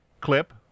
clip